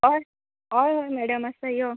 हय हय हय मॅडम आसा यो